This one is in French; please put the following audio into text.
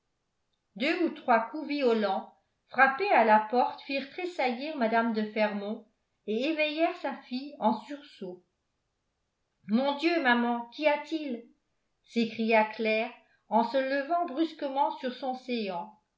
deux ou trois coups violents frappés à la porte firent tressaillir mme de fermont et éveillèrent sa fille en sursaut mon dieu maman qu'y a-t-il s'écria claire en se levant brusquement sur son séant